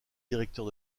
directeur